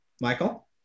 Michael